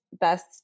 best